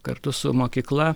kartu su mokykla